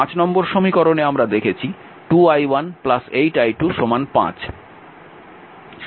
নম্বর সমীকরণে আমরা দেখেছি 2 i1 8 i2 5